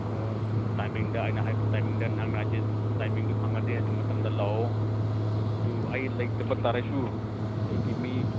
ꯑꯣ ꯑꯗꯨ ꯇꯥꯏꯃꯤꯡꯗ ꯑꯩꯅ ꯍꯥꯏꯕ ꯇꯥꯏꯃꯤꯡꯗ ꯅꯪꯅ ꯖꯁ ꯇꯥꯏꯃꯤꯡꯗꯨ ꯐꯪꯉꯗꯤ ꯑꯗꯨ ꯃꯇꯝꯗ ꯂꯥꯛꯑꯣ ꯑꯗꯨ ꯑꯩ ꯂꯩꯇꯕ ꯇꯥꯔꯁꯨ ꯑꯩꯒꯤ ꯃꯤ